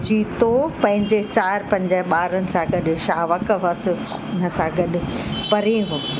चितो पंहिंजे चारि पंज ॿारनि सां गॾु शावक वस असां गॾु परे हुओ